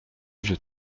vieux